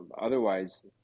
otherwise